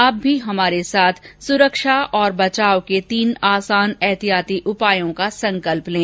आप भी हमारे साथ सुरक्षा और बचाव के तीन आसान एहतियाती उपायों का संकल्प लें